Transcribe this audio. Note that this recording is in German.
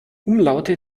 umlaute